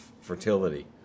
fertility